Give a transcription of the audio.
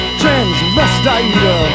transvestite